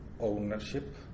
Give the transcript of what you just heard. ownership